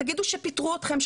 תגידו שפיטרו אתכם,